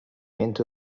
into